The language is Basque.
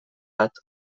bat